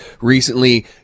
recently